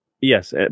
yes